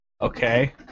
Okay